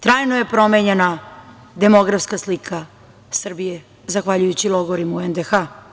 Trajno je promenjena demografska slika Srbije zahvaljujući logorima u NDH.